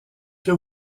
que